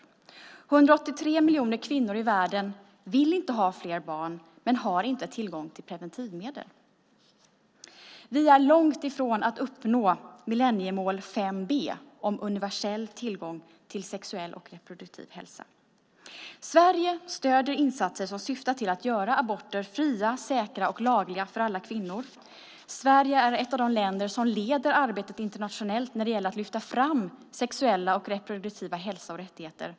183 miljoner kvinnor i världen vill inte ha fler barn men har inte tillgång till preventivmedel. Vi är långt ifrån att uppnå millenniemål 5 b om universell tillgång till sexuell och reproduktiv hälsa. Sverige stöder insatser som syftar till att göra aborter fria, säkra och lagliga för alla kvinnor. Sverige är ett av de länder som leder arbetet internationellt när det gäller att lyfta fram sexuell och reproduktiv hälsa och rättigheter.